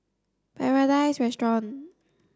Paradise Restaurant